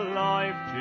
life